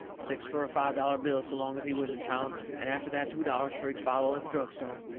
six fur a five-dollar bill so long as he was in town, and after that two dollars fur each bottle at the drug store.